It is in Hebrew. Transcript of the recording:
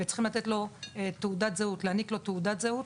וצריך להעניק לו תעודת זהות,